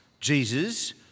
Jesus